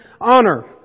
honor